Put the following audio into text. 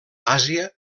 àsia